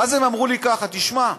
ואז הם אמרו לי ככה: תשמע,